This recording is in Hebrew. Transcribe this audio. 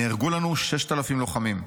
נהרגו לנו 6,0"00 לוחמים.